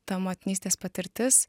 ta motinystės patirtis